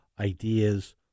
ideas